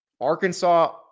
Arkansas